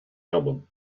album